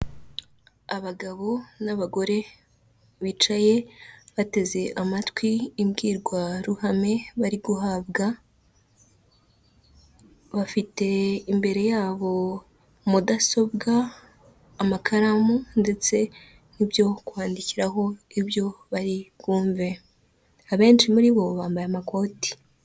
Abagabo n'abagore bicaye bateze amatwi imbwirwaruhame bari guhabwa, bafite imbere yabo mudasobwa, amakaramu ndetse n'ibyo kwandikiraho ibyo bari bwumve, abenshi muri bo bambaye amakote.